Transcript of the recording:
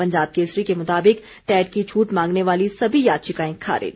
पंजाब केसरी के मुताबिक टैट की छूट मांगने वाली सभी याचिकाएं खारिज